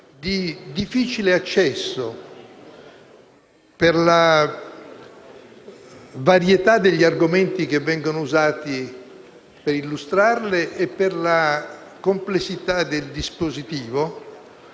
di difficile accesso per la varietà delle argomentazioni usate per illustrarle e per la complessità del dispositivo,